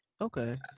Okay